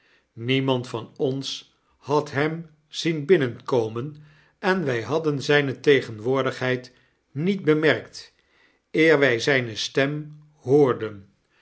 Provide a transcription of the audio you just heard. niemand van ons had hem zien binnenkomen en wij hadden zijne tegenwoordigheid niet bemerkt eer wij zijne stem hoorden